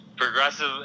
Progressive